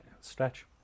stretch